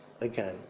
again